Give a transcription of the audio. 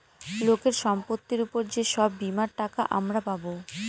লোকের সম্পত্তির উপর যে সব বীমার টাকা আমরা পাবো